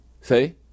see